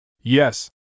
Yes